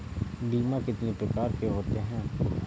बीमा कितनी प्रकार के होते हैं?